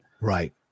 Right